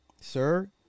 sir